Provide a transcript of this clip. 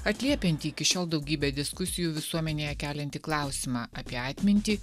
atliepiantį iki šiol daugybę diskusijų visuomenėje keliantį klausimą apie atmintį